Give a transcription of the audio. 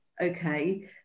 Okay